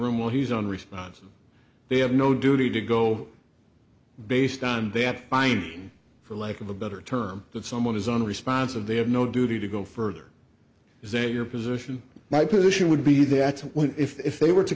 room while he's on response and they have no duty to go based on that find for lack of a better term that someone is unresponsive they have no duty to go further is that your position my position would be that if they were to